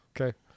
Okay